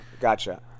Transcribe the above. gotcha